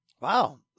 Wow